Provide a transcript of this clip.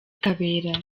kabera